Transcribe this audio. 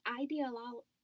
ideal